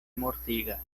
mortigas